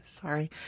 Sorry